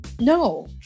No